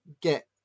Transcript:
get